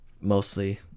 Mostly